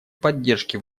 поддержке